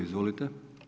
Izvolite.